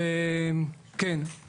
באמת,